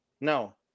No